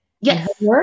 Yes